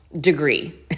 degree